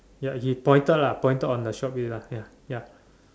ya he pointed lah pointed on the shelves already lah ya ya